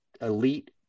elite